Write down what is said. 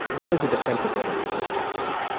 one is a defensibility perspective,